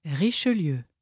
Richelieu